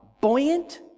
buoyant